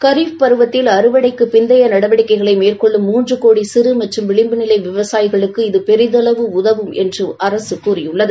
கரீஃப் பருவத்தில் அறுவடைக்குப் பிந்தைய நடவடிக்கைகளை மேற்கொள்ளும் மூன்று கோடி சிறு மற்றும் விளிம்பு நிலை விவசாயிகளுக்கு இது பெரிதளவு உதவும் என்று அரசு கூறியுள்ளது